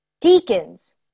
deacons